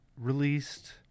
released